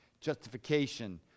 Justification